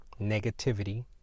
negativity